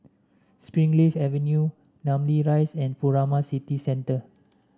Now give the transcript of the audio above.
Springleaf Avenue Namly Rise and Furama City Centre